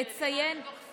אתם לא מוכנים